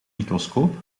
microscoop